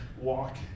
walk